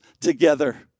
together